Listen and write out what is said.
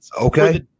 okay